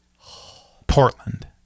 Portland